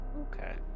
Okay